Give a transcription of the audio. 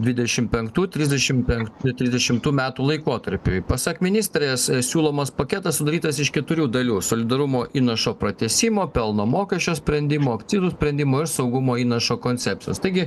dvidešim penktų trisdešim penkt trisdešimtų metų laikotarpiui pasak ministrės siūlomas paketas sudarytas iš keturių dalių solidarumo įnašo pratęsimo pelno mokesčio sprendimo akcizų sprendimo ir saugumo įnašo konceptas taigi